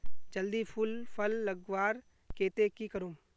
जल्दी फूल फल लगवार केते की करूम?